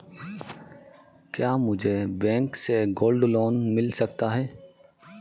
क्या मुझे बैंक से गोल्ड लोंन मिल सकता है?